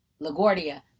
LaGuardia